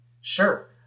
Sure